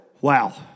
Wow